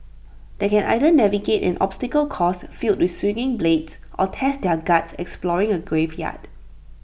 they can either navigate an obstacle course filled with swinging blades or test their guts exploring A graveyard